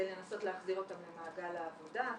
לנסות להחזיר אותם למעגל העבודה.